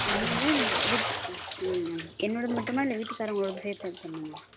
என்னோடுது இல்லை வீட் ம் என்னோடுது மட்டுமா இல்லை வீட்டுக்காரவங்களோடது சேர்த்து எடுத்து வரணுமா